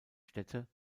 städte